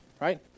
right